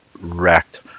wrecked